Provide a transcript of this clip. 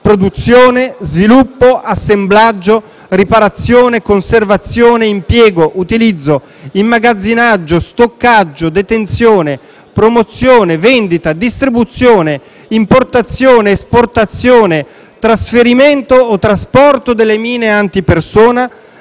produzione, sviluppo, assemblaggio, riparazione, conservazione, impiego, utilizzo, immagazzinaggio, stoccaggio, detenzione, promozione, vendita, distribuzione, importazione, esportazione, trasferimento o trasporto delle mine antipersona,